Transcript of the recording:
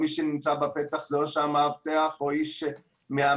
שמי שנמצא בפתח זה או המאבטח או מישהו,